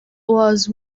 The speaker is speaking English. was